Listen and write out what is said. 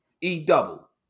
E-double